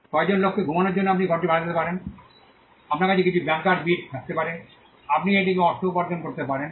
কয়েকজন লোককে ঘুমানোর জন্য আপনি এই ঘরটি ভাড়া নিতে পারেন আপনার কাছে কিছু বাঙ্কার বিট থাকতে পারে এবং আপনি এটিকে কিছু অর্থ উপার্জন করতে পারেন